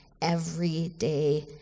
everyday